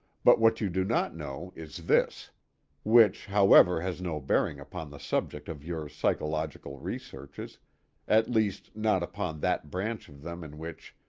but what you do not know is this which, however, has no bearing upon the subject of your psychological researches at least not upon that branch of them in which,